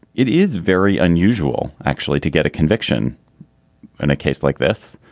it is very unusual actually to get a conviction in a case like this.